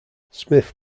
smith